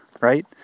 right